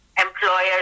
employers